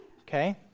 okay